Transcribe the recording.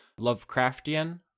Lovecraftian